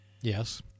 Yes